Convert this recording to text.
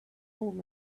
old